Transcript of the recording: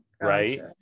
right